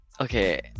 okay